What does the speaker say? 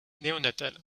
néonatale